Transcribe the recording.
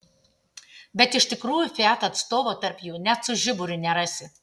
bet iš tikrųjų fiat atstovo tarp jų net su žiburiu nerasi